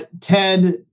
ted